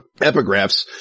epigraphs